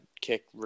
kick